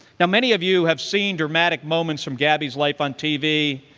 now, many of you have seen dramatic moments from gabby's life on tv,